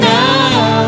now